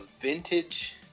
vintage